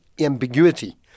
ambiguity